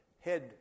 head